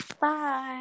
Bye